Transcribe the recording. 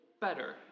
better